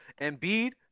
Embiid